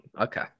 Okay